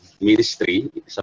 Ministry